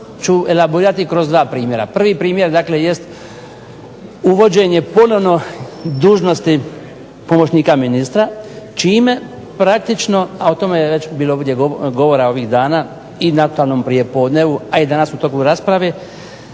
ću elaborirati kroz dva primjera. Prvi primjer dakle jest uvođenje ponovno dužnosti pomoćnika ministra čime praktično, a o tome je već bilo ovdje govora ovih dana i na aktualnom prijepodnevu, a i danas u toku rasprave